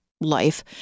life